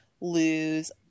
lose